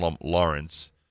lawrence